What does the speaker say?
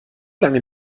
lange